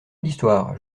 l’histoire